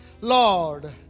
Lord